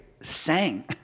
sang